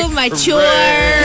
mature